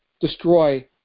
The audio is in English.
destroy